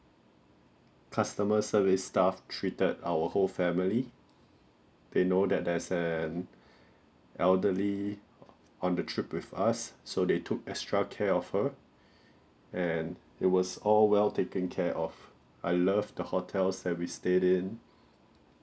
customer service staff treated our whole family they know that there's an elderly on the trip with us so they took extra care of her and it was all well taken care of I love the hotels that we stayed in